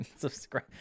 subscribe